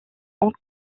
hong